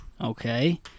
Okay